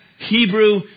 Hebrew